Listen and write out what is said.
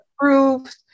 approved